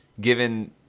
given